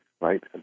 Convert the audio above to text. right